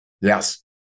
Yes